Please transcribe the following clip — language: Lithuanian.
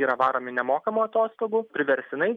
yra varomi nemokamų atostogų priverstinai